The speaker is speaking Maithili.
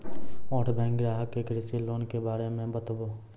और बैंक ग्राहक के कृषि लोन के बारे मे बातेबे?